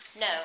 no